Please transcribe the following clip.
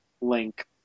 link